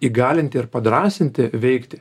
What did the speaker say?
įgalinti ir padrąsinti veikti